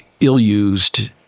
ill-used